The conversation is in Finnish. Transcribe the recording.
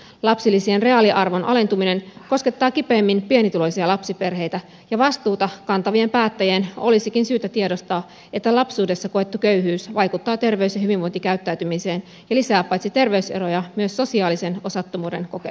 lapsilisien reaaliarvon alentuminen koskettaa kipeimmin pienituloisia lapsiperheitä ja vastuuta kantavien päättäjien olisikin syytä tiedostaa että lapsuudessa koettu köyhyys vaikuttaa terveys ja hyvinvointikäyttäytymiseen ja lisää paitsi terveyseroja myös sosiaalisen osattomuuden kokemusta